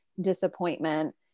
disappointment